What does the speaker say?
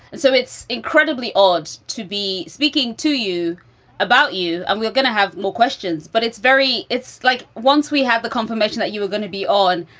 so it's incredibly odd to be speaking to you about you. i'm going to have more questions. but it's very it's like once we have the confirmation that you were going to be on.